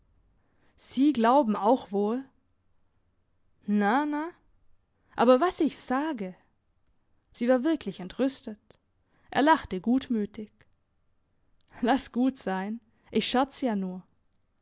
sie glauben auch wohl na na aber was ich sage sie war wirklich entrüstet er lachte gutmütig lass gut sein ich scherz ja nur